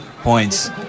points